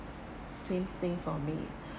same thing for me